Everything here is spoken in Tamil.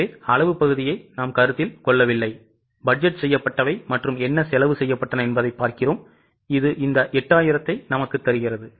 எனவே அளவு பகுதியை நாம் கருத்தில் கொள்ளவில்லை பட்ஜெட் செய்யப்பட்டவை மற்றும் என்ன செலவு செய்யப்பட்டன என்பதைப் பார்க்கிறோம் இது இந்த 8000 ஐ நமக்குத் தருகிறது